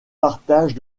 partage